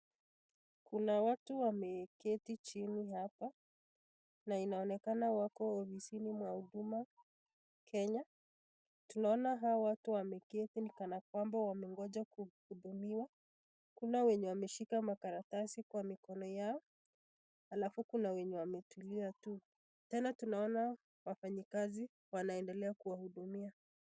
Kuna watu wameketi chini hapa na inaonekana wako ofisini mwa huduma kenya, tunaona hawa watu wameketi ni kana kwamba wamengoja kuhudumiwa, kuna wenye wameshika makaratasi kwa mikono yao, halafu kuna wenye wametulia tu, tena tunaona wafanyikazi wanaendelea kuwahudumia.